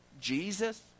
Jesus